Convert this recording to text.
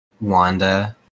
Wanda